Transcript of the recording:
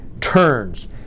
turns